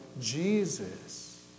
Jesus